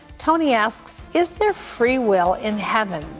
tony asks, is there free will in heaven?